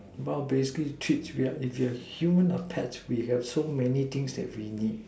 well basically treats we are if we are human or pets we have so many things that we need